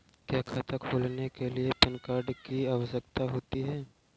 क्या खाता खोलने के लिए पैन कार्ड की आवश्यकता होती है?